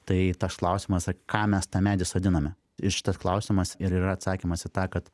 tai tas klausimas kam mes tą medį sodiname ir šitas klausimas ir yra atsakymas į tą kad